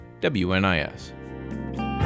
WNIS